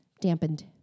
dampened